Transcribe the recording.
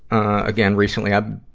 again recently. i,